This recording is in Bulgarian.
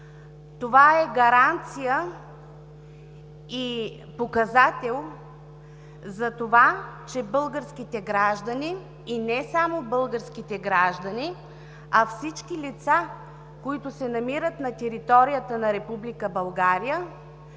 това е гаранция и показател за това, че на българските граждани и не само на българските граждани, а и на всички лица, които се намират на територията на Република